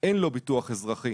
ואין לו ביטוח אזרחי